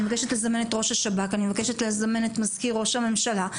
אני מבקשת לזמן את ראש השב"כ ואת מזכיר ראש הממשלה.